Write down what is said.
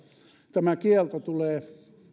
tämä kielto tulee